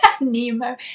Nemo